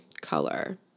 color